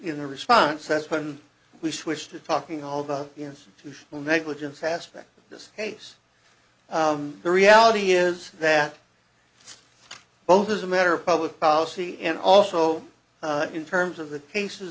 in the response has been we switch to talking all the institutional negligence aspect of this case the reality is that both as a matter of public policy and also in terms of the cases